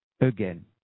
again